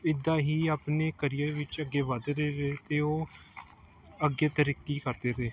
ਇੱਦਾਂ ਹੀ ਆਪਣੇ ਕਰੀਅਰ ਵਿੱਚ ਅੱਗੇ ਵੱਧਦੇ ਗਏ ਅਤੇ ਉਹ ਅੱਗੇ ਤਰੱਕੀ ਕਰਦੇ ਰਹੇ